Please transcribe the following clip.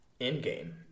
Endgame